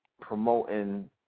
promoting